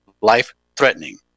life-threatening